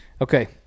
Okay